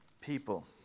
people